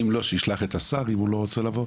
שישלח את השר אם הוא לא רוצה לבוא,